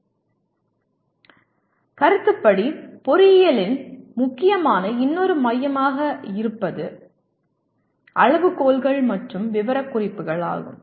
என் கருத்துப்படி பொறியியலில் முக்கியமான இன்னொரு மையமாக இருப்பது அளவுகோல்கள் மற்றும் விவரக்குறிப்புகள் ஆகும்